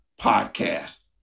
podcast